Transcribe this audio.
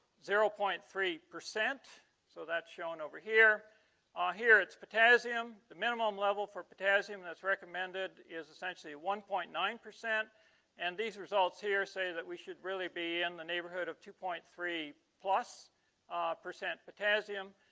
zero point three so that's shown over here ah here it's potassium the minimum level for potassium. that's recommended is essentially one point nine percent and these results here say that we should really be in the neighborhood of two point three plus percent potassium,